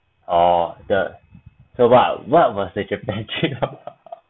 oh the so what was the japan about